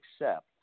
accept